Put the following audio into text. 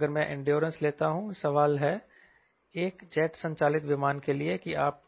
अगर मैं इंड्योरेंस लेता हूं सवाल है एक जेट संचालित विमान के लिए की आप